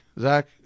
Zach